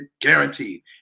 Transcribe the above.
guaranteed